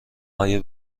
های